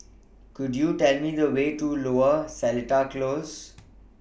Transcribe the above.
Could YOU Tell Me The Way to Lower Seletar Close